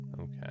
Okay